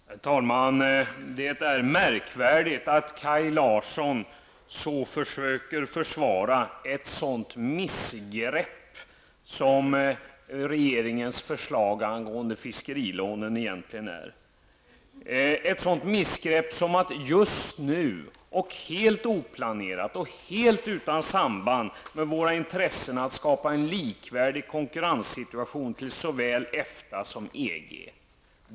Herr talman! Det är märkvärdigt att Kaj Larsson försöker försvara ett sådant missgrepp som regeringens förslag angående fiskerilån egentligen är. Det är ett förslag som är helt oplanerat, helt utan samband med våra intressen att skapa en likvärdig konkurrenssituation gentemot såväl EFTA som EG.